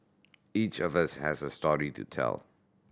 each of us has a story to tell